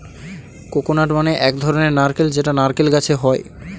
coconut মানে এক ধরনের নারকেল যেটা নারকেল গাছে হয়